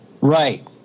Right